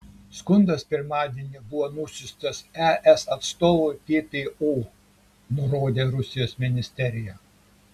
skundas pirmadienį buvo nusiųstas es atstovui ppo nurodė rusijos ministerija